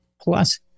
plus